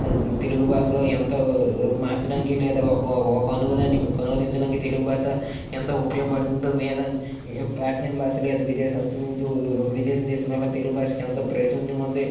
తెలుగు భాషలో ఎంతో మార్చడానికి లేదా ఒక ఒక అనువాదాన్ని ఇంకొక అనువాదించడానికి తెలుగు భాష ఎంతో ఉపయోగపడుతుంది ప్రాచీన భాషా లేదా విదేశీ ఒక విదేశీ మీద తెలుగు భాషకి ఎంతో ప్రాచుర్యం పొంది